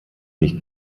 nicht